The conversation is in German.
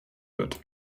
wird